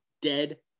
Dead